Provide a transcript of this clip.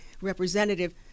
representative